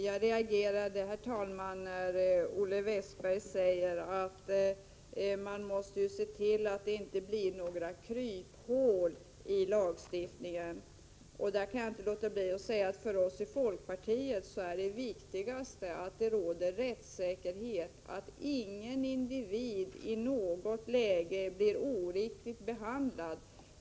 Herr talman! Jag reagerade när Olle Westberg sade att man måste se till att det inte blir några kryphål i lagstiftningen. Jag kan inte låta bli att säga att det för oss i folkpartiet är viktigast att det råder rättssäkerhet, så att ingen individ i något läge blir oriktigt behandlad.